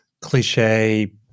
cliche